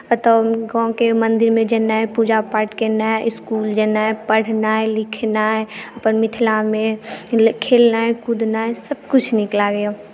एतय गाँमके मन्दिरमे जेनाइ पूजा पाठ केनाइ इस्कुल जेनाइ पढ़नाइ लिखनाइ अपन मिथिलामे खेलनाइ कुदनाइ सभकिछु नीक लागैए